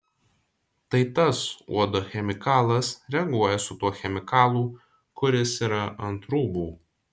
tai tas uodo chemikalas reaguoja su tuo chemikalu kuris yra ant rūbų